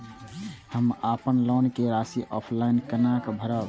हम अपन लोन के राशि ऑफलाइन केना भरब?